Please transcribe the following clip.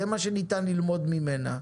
זה מה שניתן ללמוד ממנה.